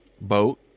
boat